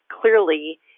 clearly